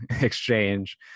exchange